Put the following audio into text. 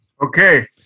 Okay